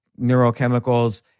neurochemicals